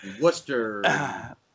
Worcester